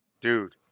Dude